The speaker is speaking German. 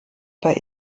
bei